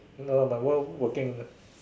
no lah my wife working